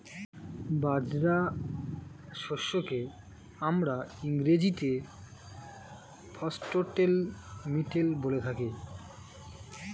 বাজরা শস্যকে আমরা ইংরেজিতে ফক্সটেল মিলেট বলে থাকি